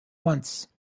once